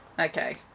Okay